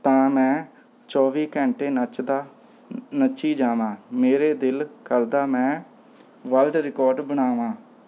ਤਾਂ ਮੈਂ ਚੌਵੀ ਘੰਟੇ ਨੱਚਦਾ ਨੱਚੀ ਜਾਵਾਂ ਮੇਰੇ ਦਿਲ ਕਰਦਾ ਮੈਂ ਵਰਲਡ ਰਿਕੋਰਡ ਬਣਾਵਾਂ